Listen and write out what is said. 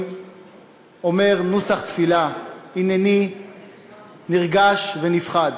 אומר נוסח תפילה: "הנני נרגש ונפחד",